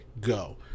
Go